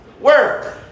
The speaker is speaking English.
Work